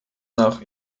nach